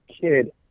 kid